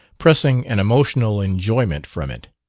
pressing an emotional enjoyment from it.